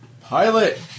Pilot